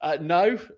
no